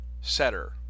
setter